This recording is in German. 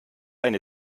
eine